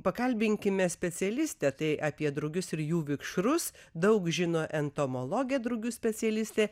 pakalbinkime specialistę tai apie drugius ir jų vikšrus daug žino entomologė drugių specialistė